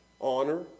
honor